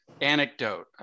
anecdote